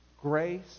Grace